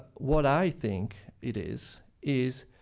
what i think it is is